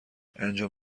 انجام